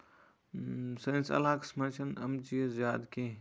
سٲنِس علاقَس منٛز چھِنہٕ أمۍ چیٖز زیادٕ کیٚنہہ